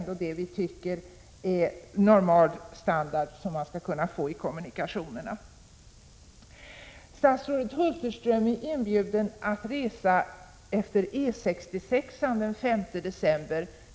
Det tycker vi är normal standard, som man skall kunna få i fråga om kommunikationerna. Statsrådet Hulterström är inbjuden att resa efter E 66 den 5 december.